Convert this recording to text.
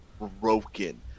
broken